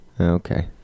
Okay